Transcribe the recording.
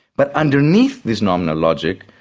but underneath this nominal logic,